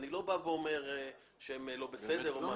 אני לא אומר שהם לא בסדר או משהו.